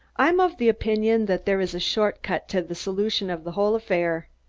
i'm of the opinion that there is a short-cut to the solution of the whole affair.